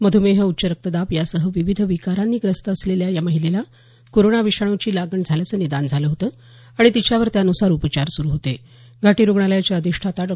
मध्रमेह उच्च रक्तदाब यासह विविध विकारांनी ग्रस्त असलेल्या या महिलेला कोरोना विषाणूची लागण झाल्याचं निदान झालं होतं आणि तिच्यावर त्यानुसार उपचार सुरू होते घाटी रुग्णालयाच्या अधिष्ठाता डॉ